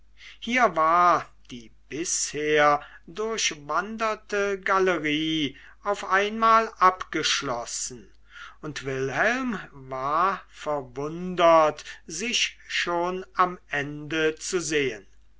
hier war die bisher durchwanderte galerie auf einmal abgeschlossen und wilhelm war verwundert sich schon am ende zu sehen